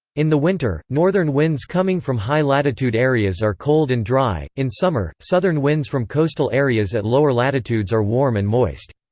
in the winter, northern winds coming from high-latitude areas are cold and dry in summer, southern winds from coastal areas at lower latitudes are warm and moist.